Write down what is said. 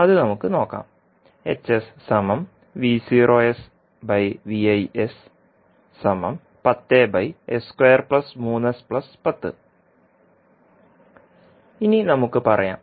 അത് നമുക്ക് നോക്കാം ഇനി നമുക്ക് പറയാം